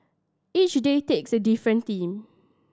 each day takes a different theme